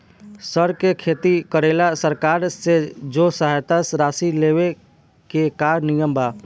सर के खेती करेला सरकार से जो सहायता राशि लेवे के का नियम बा?